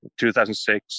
2006